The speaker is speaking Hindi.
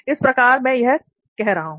इस प्रकार मैं यह कर रहा हूं